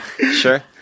Sure